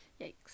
Yikes